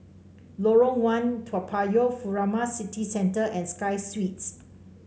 Lorong One Toa Payoh Furama City Centre and Sky Suites